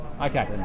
Okay